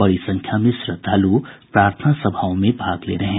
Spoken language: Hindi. बड़ी संख्या में श्रद्धालू प्रार्थना सभाओं में भाग ले रहे हैं